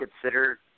consider